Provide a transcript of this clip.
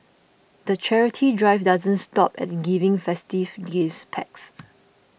the charity drive doesn't stop at giving festive gift packs